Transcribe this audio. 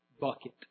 bucket